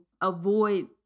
avoid